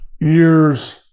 years